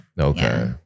Okay